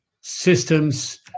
systems